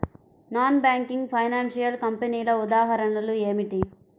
Non banking financial కంపెనీల ఉదాహరణలు ఏమిటి?